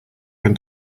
when